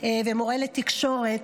ומורה לתקשורת,